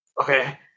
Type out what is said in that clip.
okay